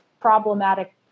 problematic